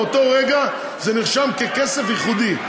באותו רגע זה נחשב כסף ייחודי.